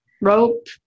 rope